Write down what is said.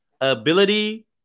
ability